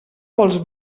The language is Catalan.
vols